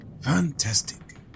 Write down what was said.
fantastic